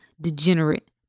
degenerate